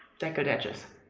deckled edges.